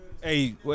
Hey